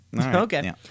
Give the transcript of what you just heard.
okay